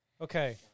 Okay